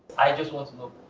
i just want to know,